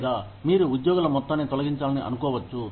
లేదా మీరు ఉద్యోగుల మొత్తాన్ని తొలగించాలని అనుకోవచ్చు